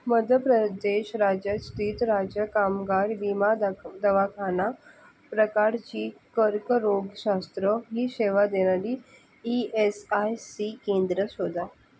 मध्य प्रदेश राज्यात स्थित राज्य कामगार विमा दवाखाना प्रकारची कर्करोगशास्त्र ही सेवा देणारी ई एस आय सी केंद्र शोधा